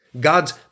God's